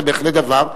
זה בהחלט דבר.